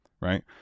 Right